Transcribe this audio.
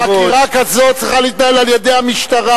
חקירה כזו צריכה להתנהל על-ידי המשטרה.